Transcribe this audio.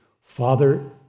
Father